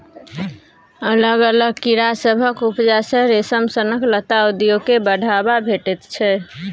अलग अलग कीड़ा सभक उपजा सँ रेशम सनक लत्ता उद्योग केँ बढ़ाबा भेटैत छै